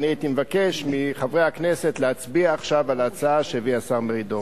ואני הייתי מבקש מחברי הכנסת להצביע עכשיו על ההצעה שהביא השר מרידור.